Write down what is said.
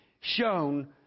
shown